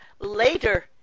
later